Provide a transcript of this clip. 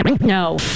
no